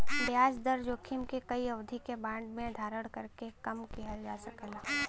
ब्याज दर जोखिम के कई अवधि के बांड के धारण करके कम किहल जा सकला